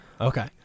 Okay